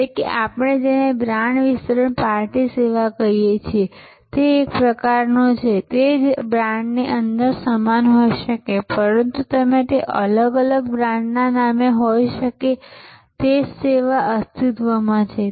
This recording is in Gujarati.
એટલે કે આપણે જેને બ્રાંડ વિસ્તરણ પાર્ટી સેવા કહીએ છીએ તે પ્રકારનો છે તે જ બ્રાન્ડની અંદર સમાન હોઈ શકે છે પરંતુ તમે તે અલગ અલગ બ્રાન્ડ નામો હોઈ શકો છો તે જ સેવા અસ્તિત્વમાં છે